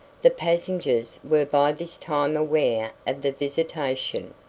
the passengers were by this time aware of the visitation,